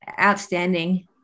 outstanding